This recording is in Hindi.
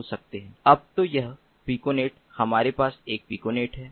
अब तो यह पिकोनेट हमारे पास एक पिकोनेट है